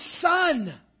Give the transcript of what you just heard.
son